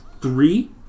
Three